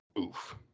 Oof